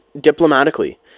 diplomatically